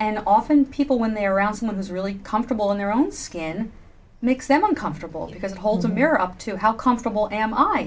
and often people when they're around someone who's really comfortable in their own skin makes them uncomfortable because holds a mirror up to how comfortable am i